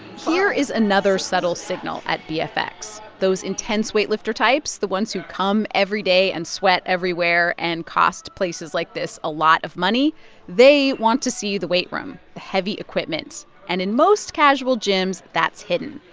here is another subtle signal at bfx. those intense weightlifter types the ones who come every day and sweat everywhere and cost places like this a lot of money they want to see the weight room, the heavy equipment. and in most casual gyms, that's hidden.